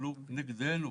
יפעלו נגדנו.